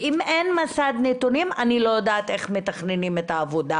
אם אין מסד נתונים - אני לא יודעת איך מתכננים את העבודה,